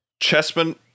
Chessman